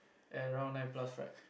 at around nine plus right